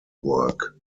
work